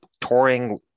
touring